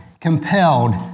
compelled